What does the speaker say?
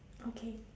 okay